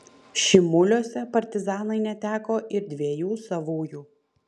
šimuliuose partizanai neteko ir dviejų savųjų